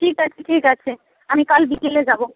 ঠিক আছে ঠিক আছে আমি কাল বিকেলে যাবো